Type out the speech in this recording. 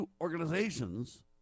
organizations